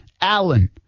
Allen